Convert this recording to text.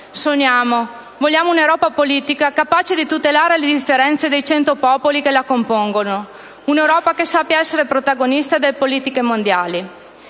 Sogniamo, vogliamo un'Europa politica capace di tutelare le differenze dei cento popoli che la compongono; un'Europa che sappia essere protagonista delle politiche mondiali.